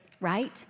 right